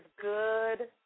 good